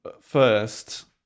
first